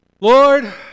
Lord